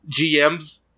GMs